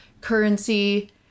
currency